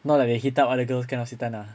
not like the hit up other girls kind of satan ah